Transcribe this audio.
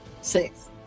six